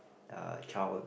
uh child